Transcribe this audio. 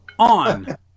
On